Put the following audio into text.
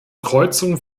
kreuzung